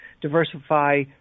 diversify